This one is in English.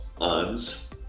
uns